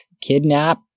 kidnap